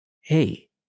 Hey